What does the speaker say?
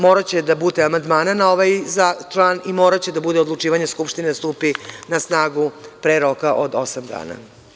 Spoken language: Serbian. Moraće da bude amandmana na ovaj član i moraće da bude odlučivanja Skupštine da stupi na snagu pre roka od osam dana.